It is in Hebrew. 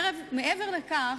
מעבר לכך,